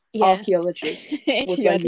archaeology